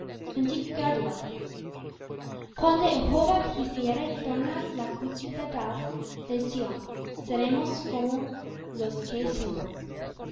gradual cuando jehová hiciere tornar la cautividad de sión seremos como los que sueñan